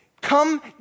come